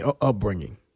upbringing